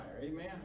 Amen